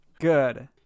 Good